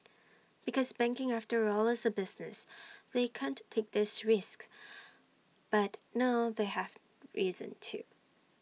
because banking after all is A business they can't take these risks but now they have reason to